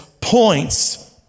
points